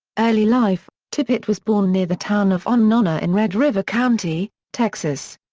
early life tippit was born near the town of annona in red river county, texas.